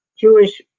Jewish